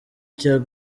cyo